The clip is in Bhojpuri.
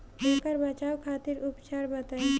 ऐकर बचाव खातिर उपचार बताई?